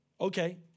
Okay